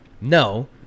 no